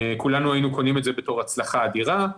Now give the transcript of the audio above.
כולנו היינו קונים את זה בתור הצלחה אדירה.